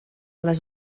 les